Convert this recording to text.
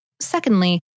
Secondly